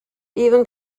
even